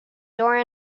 door